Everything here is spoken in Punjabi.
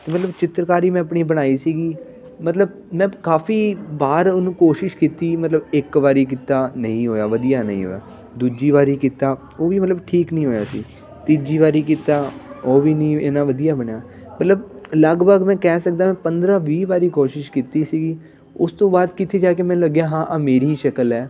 ਅਤੇ ਮਤਲਬ ਚਿੱਤਰਕਾਰੀ ਮੈਂ ਆਪਣੀ ਬਣਾਈ ਸੀਗੀ ਮਤਲਬ ਮੈਂ ਕਾਫ਼ੀ ਵਾਰ ਉਹਨੂੰ ਕੋਸ਼ਿਸ਼ ਕੀਤੀ ਮਤਲਬ ਇੱਕ ਵਾਰ ਕੀਤਾ ਨਹੀਂ ਹੋਇਆ ਵਧੀਆ ਨਹੀਂ ਹੋਇਆ ਦੂਜੀ ਵਾਰ ਕੀਤਾ ਉਹ ਵੀ ਮਤਲਬ ਠੀਕ ਨਹੀਂ ਹੋਇਆ ਸੀ ਤੀਜੀ ਵਾਰ ਕੀਤਾ ਉਹ ਵੀ ਨਹੀਂ ਇੰਨਾਂ ਵਧੀਆ ਬਣਿਆ ਮਤਲਬ ਲਗਭਗ ਮੈਂ ਕਹਿ ਸਕਦਾ ਪੰਦਰਾਂ ਵੀਹ ਵਾਰ ਕੋਸ਼ਿਸ਼ ਕੀਤੀ ਸੀਗੀ ਉਸ ਤੋਂ ਬਾਅਦ ਕਿੱਥੇ ਜਾ ਕੇ ਮੈਨੂੰ ਲੱਗਿਆ ਹਾਂ ਇਹ ਮੇਰੀ ਹੀ ਸ਼ਕਲ ਹੈ